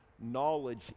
knowledge